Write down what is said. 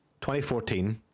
2014